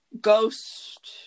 ghost